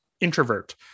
Introvert